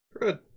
Good